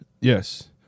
Yes